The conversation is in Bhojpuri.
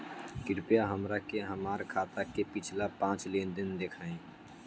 कृपया हमरा के हमार खाता के पिछला पांच लेनदेन देखाईं